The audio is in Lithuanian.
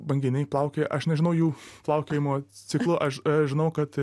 banginiai plaukė aš nežinau jų plaukiojimo ciklo aš žinau kad